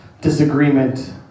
disagreement